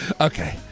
Okay